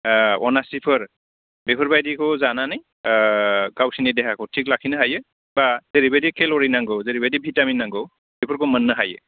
अनासिफोर बेफोरबायदिखौबो जानानै गावसोरनि देहाखौ थिक लाखिनो हायो बा जेरैबायदि केल'रि नांगौ जेरैबायदि भिटामिन नांगौ बेफोरखौ मोननो हायो